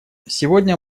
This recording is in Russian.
сегодня